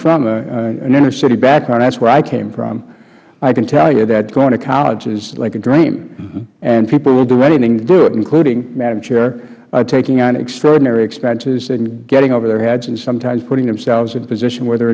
from an inner city background that is where i came from i can tell you that going to college is like a dream and people will do anything to do it including madam chair taking on extraordinary expenses and getting over their heads and sometimes putting themselves in a position where they